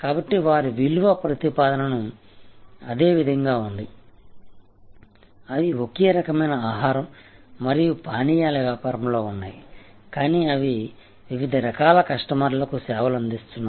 కాబట్టి వారి విలువ ప్రతిపాదన అదే విధంగా ఉంది అవి ఒకే రకమైన ఆహారం మరియు పానీయాల వ్యాపారంలో ఉన్నాయి కానీ అవి వివిధ రకాల కస్టమర్లకు సేవలు అందిస్తున్నారు